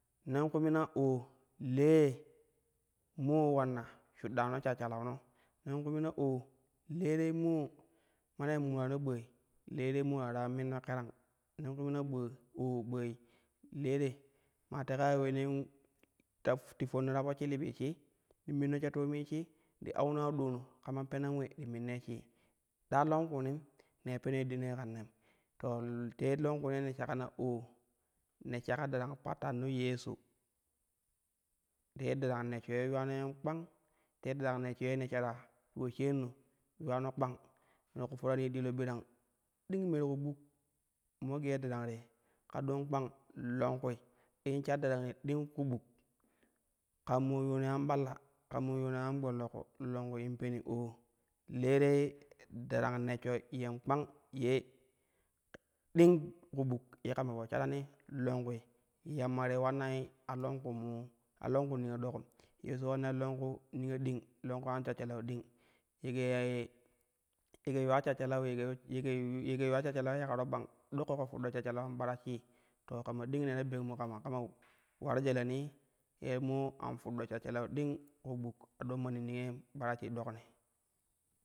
Nen kumi na oo le ye moo ulanna shuɗɗano shashshalauno nen kumi na oo lu te moo mane murano ɓooi le te moo ta ra minno kerang, nen kumi na aa ɓooi le te maa teka ule nen ta ti fonno ta fo shilibi shi, in minno sha toomi shi ti auno aɗoono kama penan ule ti minnoi shi ɗa longkuunim ne peno yedd ne kan nem to te longkuunee sha na oo ne shala darang pattano yesho te darang neshsho ye yuwaro yen kpang te darang neshsho ye ne shara ti poshaan no yuwano kpang ne ti ku forani dilo birang ding me ti ku buk mo gee darang te ka don kpang longkui in shar darang te ding ku buk kan ma yuwani an ɓalla kan mi yuwani am gbollo ku longku in peni oo le te darang neshsho yen kpang ye ding ku buk kama po sharaui longkwi yamma te ulannai a longkuuno a longku niyo dokum yesho ulanna longku niye ding, longku an shashshalau ding ye- ge-ya- ye- ye- ge yuwa shashshalau ye- ge- yu- ge- ye yuwa shahsshalari yekaro bang ɗo ƙoƙo fudɗo shashshalaum ɓara shii to kama ding ne ta beng mu kama kama ularu jelenii ye moo an fuddo shashshalau ding ti ku buk a do manni niyoim ɓara shi dokni.